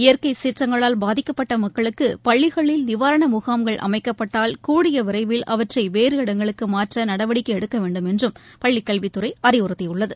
இயற்கை சீற்றங்களால் பாதிக்கப்பட்ட மக்களுக்கு பள்ளிகளில் நிவாரணம் முகாம்கள் அமைக்கப்பட்டால் கூடிய விரைவில் அவற்றை வேறு இடங்களுக்கு மாற்ற நடவடிக்கை எடுக்க வேண்டும் என்றும் பள்ளிக் கல்வித் துறை அறிவுறுத்தியுள்ளது